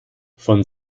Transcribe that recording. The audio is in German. von